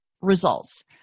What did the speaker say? results